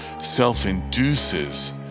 self-induces